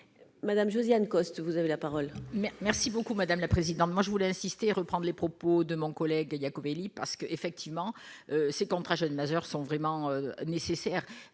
Madame Josiane Costes, vous avez la parole. Merci beaucoup, madame la présidente, moi je voulais insister reprend les propos de mon collègue Yachvili parce que effectivement ces contrats jeunes majeurs sont vraiment nécessaires,